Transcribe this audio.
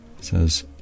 Says